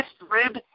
rib